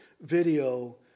Video